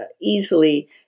easily